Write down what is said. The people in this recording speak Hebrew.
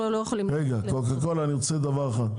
רגע, קוקה קולה אני רוצה דבר אחד.